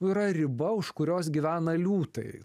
yra riba už kurios gyvena liūtai